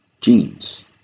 genes